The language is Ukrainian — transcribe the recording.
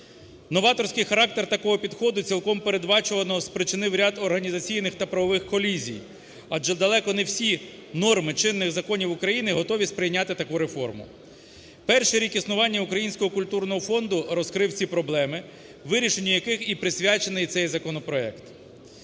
Новаторський характер такого підходу цілком передбачувано спричинив ряд організаційних та правових колізій, адже далеко не всі норми чинних законів України готові сприйняти таку реформу. Перший рік існування Українського культурного фонду розкрив ці проблеми, вирішенню яких і присвячено цей законопроект.